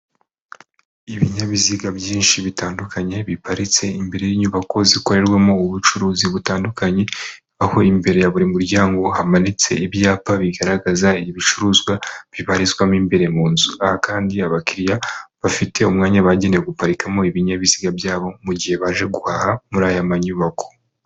Ibinyabiziga byinshi bitandukanye biparitse imbere y'inyubako zikorerwamo ubucuruzi butandukanye, aho imbere ya buri muryango hamanitse ibyapa bigaragaza ibicuruzwa bibarizwamo imbere mu nzu, aha kandi abakiriya bafite umwanya bagenewe guparikamo ibinyabiziga byabo mu gihe baje guhaha muri aya mamyubako.